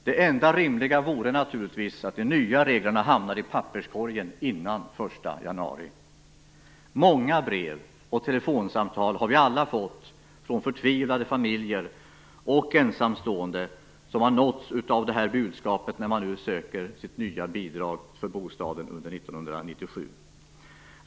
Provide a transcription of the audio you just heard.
Det enda rimliga vore naturligtvis att de nya reglerna hamnade i papperskorgen före den 1 januari. Vi har alla fått många brev och telefonsamtal från förtvivlade familjer och ensamstående som nåtts av detta budskap när de sökt nya bidrag för bostaden under 1997.